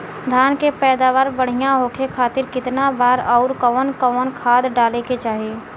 धान के पैदावार बढ़िया होखे खाती कितना बार अउर कवन कवन खाद डाले के चाही?